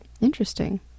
Interesting